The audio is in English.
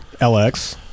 LX